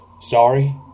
Sorry